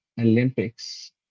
olympics